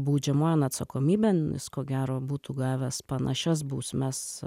baudžiamojon atsakomybėn jis ko gero būtų gavęs panašias bausmes